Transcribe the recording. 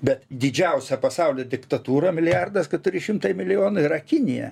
bet didžiausia pasaulio diktatūra milijardas keturi šimtai milijonų yra kinija